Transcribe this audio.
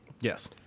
Yes